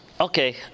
Okay